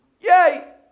Yay